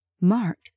Mark